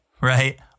right